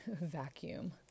vacuum